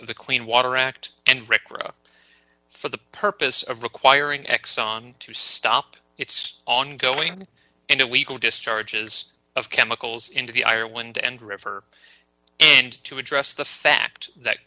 of the clean water act and record for the purpose of requiring exxon to stop its ongoing and illegal discharges of chemicals into the ireland and river and to address the fact that